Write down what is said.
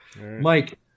Mike